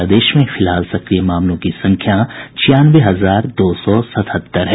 प्रदेश में फिलहाल सक्रिय मामलों की संख्या छियानवे हजार दो सौ सतहत्तर है